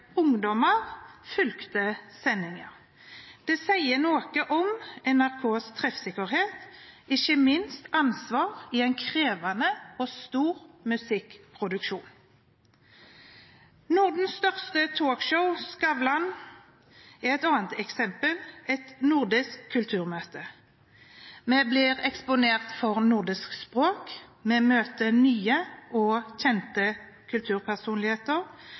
ungdommer fulgte sendingen. Det sier noe om NRKs treffsikkerhet og ikke minst ansvar i en krevende og stor musikkproduksjon. Nordens største talkshow, Skavlan, er et annet eksempel – et nordisk kulturmøte. Vi blir eksponert for nordisk språk, vi møter nye og kjente kulturpersonligheter